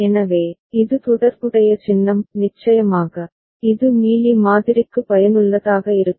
எனவே இது தொடர்புடைய சின்னம் நிச்சயமாக இது மீலி மாதிரிக்கு பயனுள்ளதாக இருக்கும்